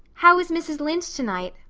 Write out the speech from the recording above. how is mrs. lynde tonight?